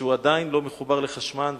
שעדיין לא מחובר לחשמל,